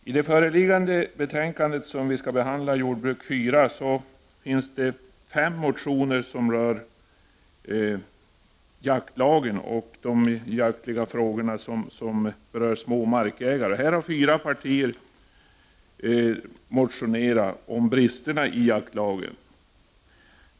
Herr talman! I jordbruksutskottets betänkande 4 finns det fem motioner som rör jaktlagen och de jaktfrågor som berör små markägare. Fyra partier har väckt en motion om bristerna i jaktlagen.